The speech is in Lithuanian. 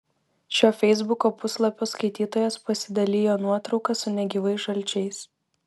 šio feisbuko puslapio skaitytojas pasidalijo nuotrauka su negyvais žalčiais